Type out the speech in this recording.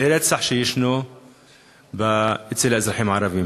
לרצח אצל האזרחים הערבים.